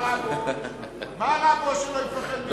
רגע, רגע, למה שלא יפחד ממנו?